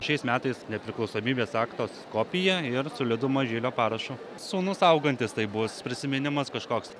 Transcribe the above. šiais metais nepriklausomybės akto kopiją ir su liudo mažylio parašu sūnus augantis tai bus prisiminimas kažkoks